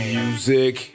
music